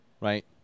right